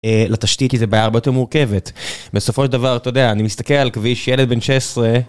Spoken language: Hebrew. לתשתית, כי זו בעיה הרבה יותר מורכבת. בסופו של דבר, אתה יודע, אני מסתכל על כביש ילד בן 16...